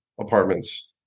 apartments